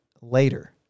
later